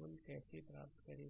1 i1 कैसे प्राप्त करें